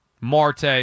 Marte